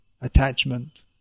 attachment